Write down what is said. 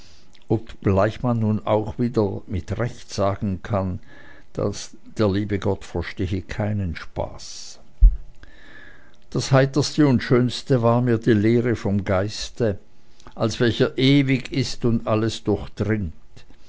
obgleich man auch wieder mit recht sagen kann der liebe gott verstehe keinen spaß das heiterste und schönste war mir die lehre vom geiste als welcher ewig ist und alles durchdringt